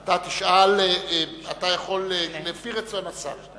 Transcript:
אתה תשאל, לפי רצון השר.